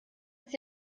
ist